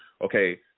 Okay